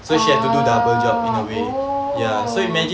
orh oh